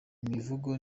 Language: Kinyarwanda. imivugo